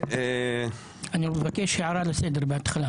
אני מבקש בהתחלה הערה לסדר.